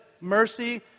mercy